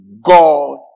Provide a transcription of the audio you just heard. God